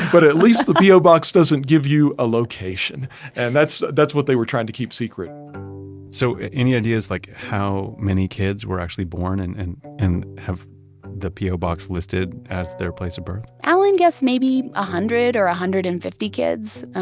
but at least the po box doesn't give you a location and that's that's what they were trying to keep secret so any idea like how many kids were actually born and and and have the po box listed as their place of birth? alan guessed maybe a hundred or one ah hundred and fifty kids.